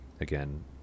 again